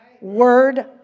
Word